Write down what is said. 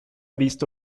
visto